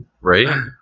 Right